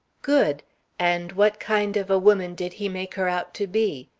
good and what kind of a woman did he make her out to be?